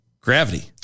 Gravity